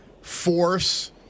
force